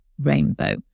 Rainbow